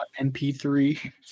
MP3